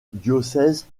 diocèse